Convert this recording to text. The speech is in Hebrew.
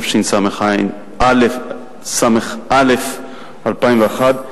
התשס"א 2001,